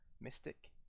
mystic